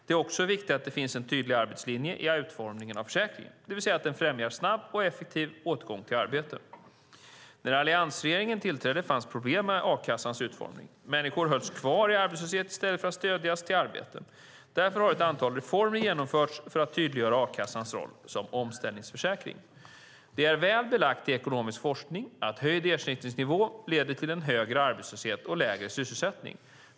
Det är också viktigt att det finns en tydlig arbetslinje i utformningen av försäkringen, det vill säga att den främjar snabb och effektiv återgång till arbete. När alliansregeringen tillträdde fanns problem med a-kassans utformning. Människor hölls kvar i arbetslöshet i stället för att stödjas till arbete. Därför har ett antal reformer genomförts för att tydliggöra a-kassans roll som omställningsförsäkring. Det är väl belagt i ekonomisk forskning att höjd ersättningsnivå leder till högre arbetslöshet och lägre sysselsättning.